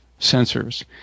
sensors